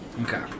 Okay